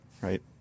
right